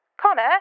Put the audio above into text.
Connor